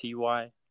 ty